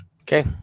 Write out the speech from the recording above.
Okay